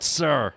sir